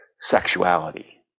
sexuality